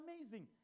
amazing